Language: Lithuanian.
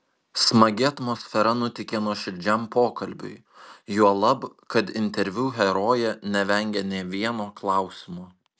smagi atmosfera nuteikė nuoširdžiam pokalbiui juolab kad interviu herojė nevengė nė vieno klausimo